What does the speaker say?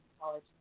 college